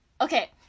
Okay